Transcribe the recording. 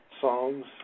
songs